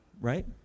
right